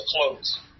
close